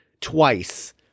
twice